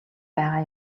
байгаа